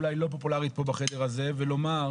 אולי לא פופולרית פה בחדר הזה ולומר,